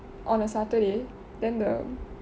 on a saturday then the